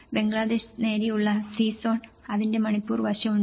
ബംഗ്ലദേശ് നേരെയുള്ള C zone അതിന്റെ മണിപ്പൂർ വശം ഉണ്ട്